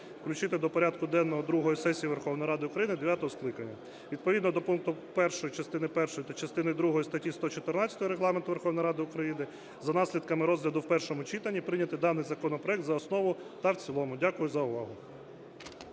включити до порядку денного другої сесії Верховної Ради України дев'ятого скликання. Відповідно до пункту 1 частини першої та частини другої статті 114 Регламенту Верховної Ради України за наслідками розгляду в першому читанні прийняти даний законопроект за основу та в цілому. Дякую за увагу.